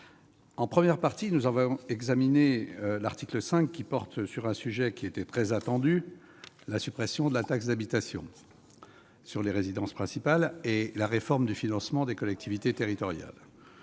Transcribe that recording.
L'article 5, que nous avons examiné en première partie, porte sur un sujet qui était très attendu : la suppression de la taxe d'habitation sur les résidences principales et la réforme du financement des collectivités territoriales.